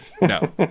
No